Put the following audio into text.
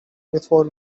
before